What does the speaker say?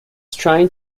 trying